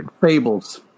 fables